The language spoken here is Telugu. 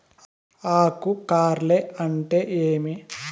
ఆకు కార్ల్ అంటే ఏమి?